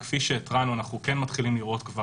אנחנו נתקן את חוק